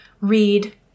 read